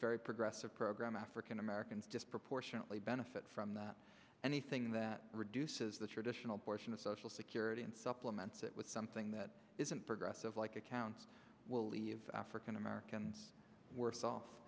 very progressive program african americans disproportionately benefit from that anything that reduces the traditional portion of social security and supplements it was something that isn't progressive like accounts will leave african americans worse off